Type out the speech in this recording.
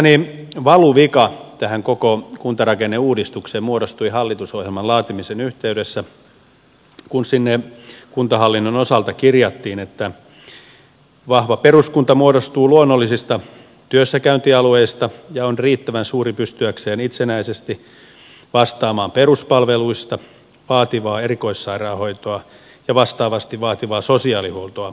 mielestäni valuvika tähän koko kuntarakenneuudistukseen muodostui hallitusohjelman laatimisen yhteydessä kun sinne kuntahallinnon osalta kirjattiin että vahva peruskunta muodostuu luonnollisista työssäkäyntialueista ja on riittävän suuri pystyäkseen itsenäisesti vastaamaan peruspalveluista vaativaa erikoissairaanhoitoa ja vastaavasti vaativaa sosiaalihuoltoa lukuun ottamatta